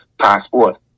passport